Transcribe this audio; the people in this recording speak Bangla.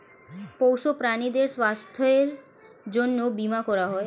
পোষ্য প্রাণীদের স্বাস্থ্যের জন্যে বীমা করা হয়